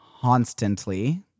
constantly